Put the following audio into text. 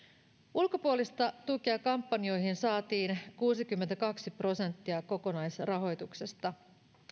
ulkopuolista tukea kampanjoihin saatiin kuusikymmentäkaksi prosenttia kokonaisrahoituksesta